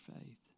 faith